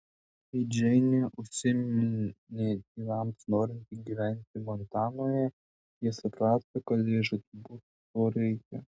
kai džeinė užsiminė tėvams norinti gyventi montanoje jie suprato kad jai žūtbūt to reikia